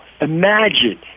imagine